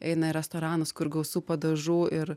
eina į restoranus kur gausu padažų ir